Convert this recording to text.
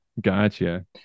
Gotcha